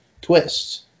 twists